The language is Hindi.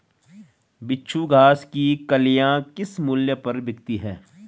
बिच्छू घास की कलियां किस मूल्य पर बिकती हैं?